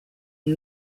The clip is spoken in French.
une